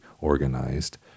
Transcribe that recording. organized